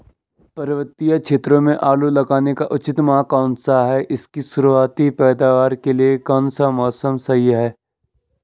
पर्वतीय क्षेत्रों में आलू लगाने का उचित माह कौन सा है इसकी शुरुआती पैदावार के लिए कौन सा मौसम सही है?